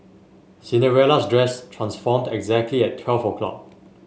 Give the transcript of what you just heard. Cinderella's dress transformed exactly at twelve o'clock